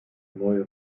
neue